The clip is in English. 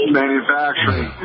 manufacturing